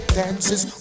dances